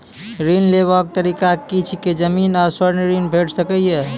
ऋण लेवाक तरीका की ऐछि? जमीन आ स्वर्ण ऋण भेट सकै ये?